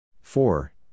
Four